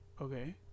Okay